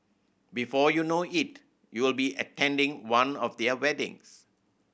before you know it you'll be attending one of their weddings